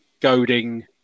goading